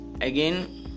again